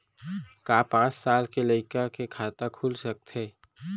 का पाँच साल के लइका के खाता खुल सकथे?